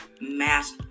mass